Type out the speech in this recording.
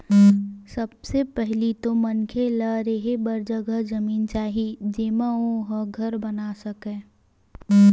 सबले पहिली तो मनखे ल रेहे बर जघा जमीन चाही जेमा ओ ह घर बना सकय